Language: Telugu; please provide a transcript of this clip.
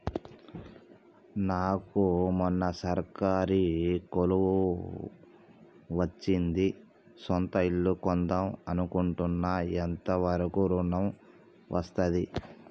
నాకు మొన్న సర్కారీ కొలువు వచ్చింది సొంత ఇల్లు కొన్దాం అనుకుంటున్నా ఎంత వరకు ఋణం వస్తది?